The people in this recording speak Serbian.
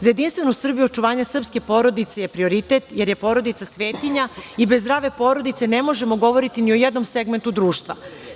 Za Jedinstvenu Srbiju očuvanje srpske porodice je prioritet, jer je porodica svetinja i bez zdrave porodice ne možemo govoriti ni o jednom segmentu društva.